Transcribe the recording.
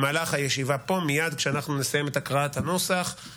במהלך המפגש עם ראש הממשלה שמישהו הקים לו ארגון מתחרה בשם "הפורום".